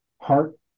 heart